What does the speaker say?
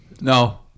No